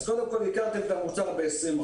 אז קודם כול ייקרתם את המוצר ב-20%.